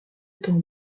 temps